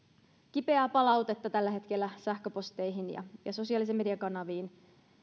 kipeää palautetta tällä hetkellä sähköposteihin ja ja sosiaalisen median kanaviin